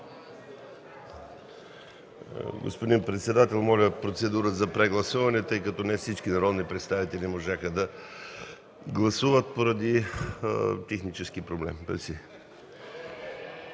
Господин председател, моля процедура за прегласуване, тъй като не всички народни представители можаха да гласуват поради технически проблем. Мерси.